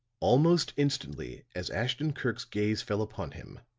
almost instantly, as ashton-kirk's gaze fell upon him,